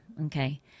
okay